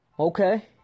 Okay